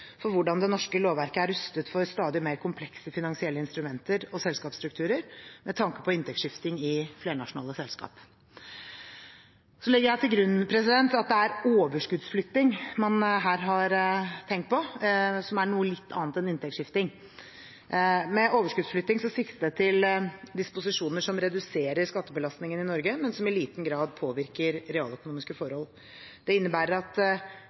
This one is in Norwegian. for hvordan det norske lovverket er rustet for stadig mer komplekse finansielle instrumenter og selskapsstrukturer, med tanke på inntektsskifting i flernasjonale selskap. Jeg legger til grunn at det er overskuddsflytting man her har tenkt på, som er noe litt annet enn inntektsskifting. Med overskuddsflytting siktes det til disposisjoner som reduserer skattebelastningen i Norge, men som i liten grad påvirker realøkonomiske forhold. Det innebærer at